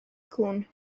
cŵn